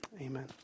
Amen